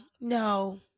no